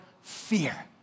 fear